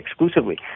exclusively